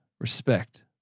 Respect